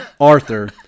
Arthur